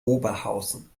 oberhausen